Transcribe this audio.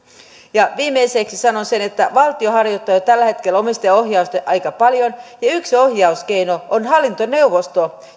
viimeiseksi sanon sen että valtio harjoittaa jo tällä hetkellä omistajaohjausta aika paljon ja ja yksi ohjauskeino on hallintoneuvosto